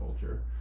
culture